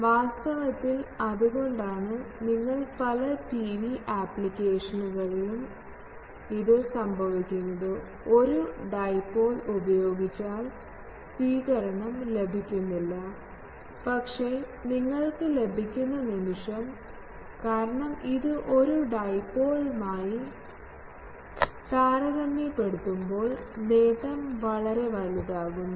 വാസ്തവത്തിൽ അതുകൊണ്ടാണ് നിങ്ങൾ പല ടിവി ആപ്ലിക്കേഷനുകളിലും ഇത് സംഭവിക്കുന്നത് ഒരു ഡൈപോൾ ഉപയോഗിച്ചാൽ സ്വീകരണം ലഭിക്കുന്നില്ല പക്ഷേ നിങ്ങൾക്ക് ലഭിക്കുന്ന നിമിഷം കാരണം ഇത് ഒരു ഡൈപോൾ മായി താരതമ്യപ്പെടുത്തുമ്പോൾ നേട്ടം വളരെ വലുതാക്കുന്നു